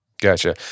Gotcha